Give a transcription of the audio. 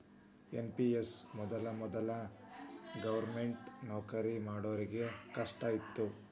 NPS ಮೊದಲ ವೊದಲ government ನೌಕರಿ ಮಾಡೋರಿಗೆ ಅಷ್ಟ ಇತ್ತು